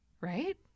Right